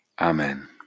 Amen